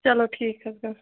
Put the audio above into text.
چلو ٹھیٖک حظ گوٚو